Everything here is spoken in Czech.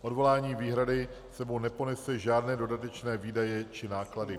Odvolání výhrady s sebou neponese žádné dodatečné výdaje či náklady.